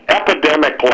epidemic